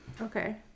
Okay